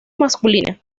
masculina